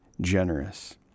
generous